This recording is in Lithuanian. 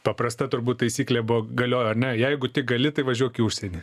paprasta turbūt taisyklė buvo galiojo ar ne jeigu tik gali tai važiuok į užsienį